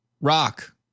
rock